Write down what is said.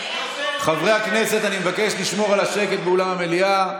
חברי הכנסת, אני מבקש לשמור על השקט באולם המליאה.